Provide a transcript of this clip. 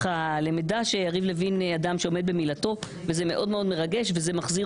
למדה שיריב לוין הוא אדם שעומד במילתו וזה מרגש מאוד ומחזיר